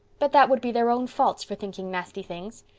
but that would be their own faults for thinking nasty things.